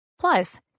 Plus